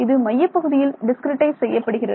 இது மையப்பகுதியில் டிஸ்கிரிட்டைஸ் செய்யப்படுகிறது